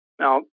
Now